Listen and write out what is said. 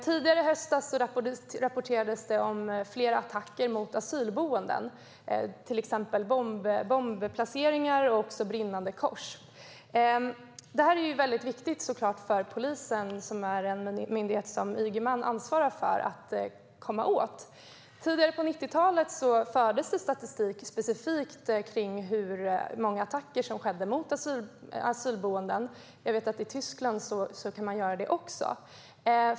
Tidigare i höstas rapporterades det om flera attacker mot asylboenden, till exempel bombplaceringar och brinnande kors. Detta är såklart väldigt viktigt för polisen, som är en myndighet som Ygeman ansvarar för, att komma åt. På 90-talet fördes det statistik specifikt över hur många attacker som skedde mot asylboenden. Jag vet att man också kan göra det i Tyskland.